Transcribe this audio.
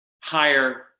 higher